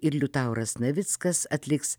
ir liutauras navickas atliks